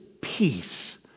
peace